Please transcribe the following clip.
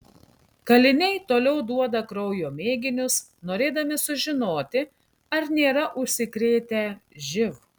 kaliniai toliau duoda kraujo mėginius norėdami sužinoti ar nėra užsikrėtę živ